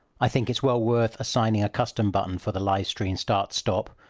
i think it's well worth assigning a custom button for the live stream start stop.